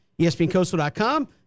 ESPNCoastal.com